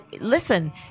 listen